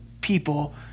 people